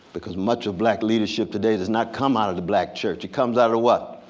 because much of black leadership today does not come out of the black church. it comes out of the what?